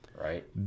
right